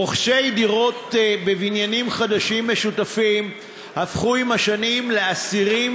רוכשי דירות בבניינים משותפים חדשים הפכו עם השנים לאסירים